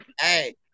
hey